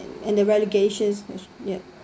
and the relegation as ya